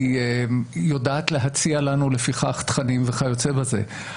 היא יודעת להציע לנו לפיכך תכנים וכיוצא בזה.